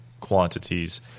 quantities